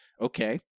okay